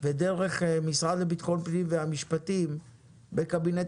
ודרך המשרד לביטחון פנים ומשרד המשפטים בקבינט